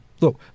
look